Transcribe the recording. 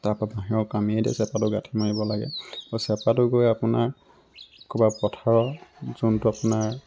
তাপা বাঁহৰ কামিয়েদি চেপাটো গাঁঠি মাৰিব লাগে চেপাটো গৈ আপোনাৰ ক'ৰবাৰ পথাৰৰ যোনটো আপোনাৰ